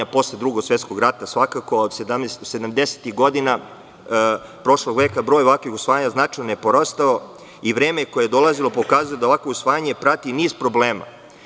Posle Drugog svetskog rata, svakako, a 70-ih godina prošlog veka broj ovakvih usvajanja značajno je porastao i vreme koje je dolazilo pokazalo je da ovakvo usvajanje prati niz problema.